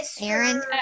Aaron